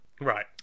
Right